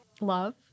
love